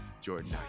Jordan